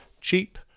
cheap